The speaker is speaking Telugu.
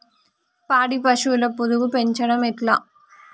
పాడి పశువుల పొదుగు పెంచడం ఎట్లా?